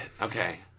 okay